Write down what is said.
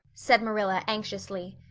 said marilla anxiously.